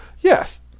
Yes